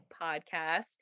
podcast